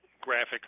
graphic